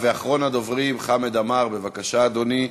ואחרון הדוברים, חמד עמאר, בבקשה, אדוני.